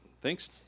Thanks